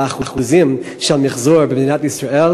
באחוזים של מיחזור במדינת ישראל,